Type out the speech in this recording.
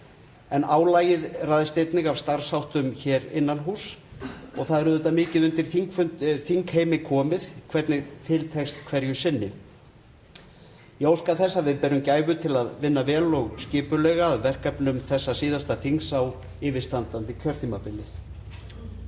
Álagið ræðst einnig af starfsháttum hér innan húss og það er auðvitað mikið undir þingheimi komið hvernig til tekst hverju sinni. Ég óska þess að við berum gæfu til að vinna vel og skipulega að verkefnum þessa síðasta þings á yfirstandandi kjörtímabili.